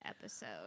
episode